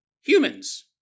humans